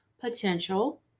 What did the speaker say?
potential